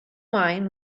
wine